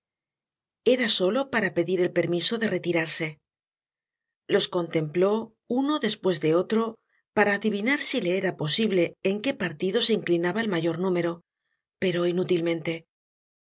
era solo para pedir el permiso de retirarse los contempló uno despues de otro para adivinar si le era posible en que partido se inclinaba el mayor número pero inútilmente